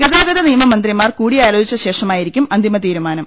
ഗതാഗത നിയമമന്ത്രിമാർ കൂടി യാലോചിച്ചു ശേഷമായിരിക്കും അന്തിമൃതീരുമാനം